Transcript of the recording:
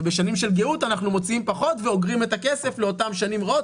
ובשנים של גאות אנחנו מוציאים פחות ואוגרים את הכסף לאותן שנים רעות.